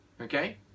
Okay